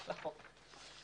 לחוק.